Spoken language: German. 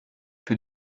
für